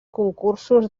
concursos